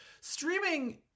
streaming